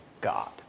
God